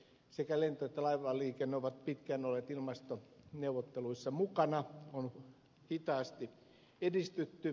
sekä lento että laivaliikenne ovat pitkään olleet ilmastoneuvotteluissa mukana on hitaasti edistytty